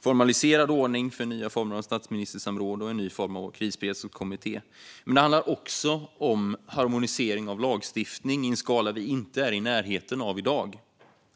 formaliserad ordning för nya former av statsministersamråd och en ny form av krisberedskapskommitté. Men det handlar också om en harmonisering av lagstiftning i en skala som vi inte är i närheten av i dag.